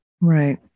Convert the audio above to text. Right